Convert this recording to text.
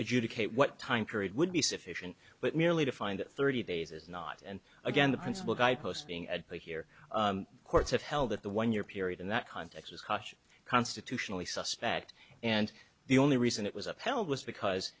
adjudicate what time period would be sufficient but merely to find that thirty days is not and again the principle guy posting at play here courts have held that the one year period in that context is caution constitutionally suspect and the only reason it was upheld was because